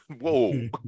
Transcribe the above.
Whoa